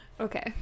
okay